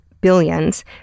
billions